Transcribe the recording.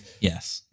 yes